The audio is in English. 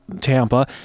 Tampa